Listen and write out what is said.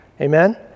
Amen